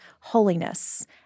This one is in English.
holiness